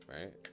right